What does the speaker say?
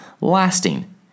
lasting